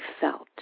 felt